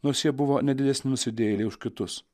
nors jie buvo ne didesni nusidėjėliai už kitus